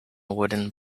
wooden